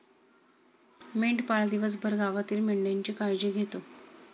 मेंढपाळ दिवसभर गावातील मेंढ्यांची काळजी घेतो